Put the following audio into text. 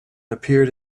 appeared